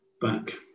back